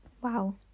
Wow